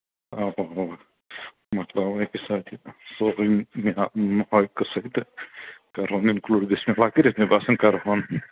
مَکلاوَو اَکی ساتہٕ یہِ مَکلاو یہِ قصَے تہٕ کَرٕہون اِنکٕلوٗڈ بِسمہِ اللہ کٔرِتھ مےٚ باسان کَرٕہون